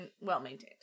well-maintained